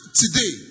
today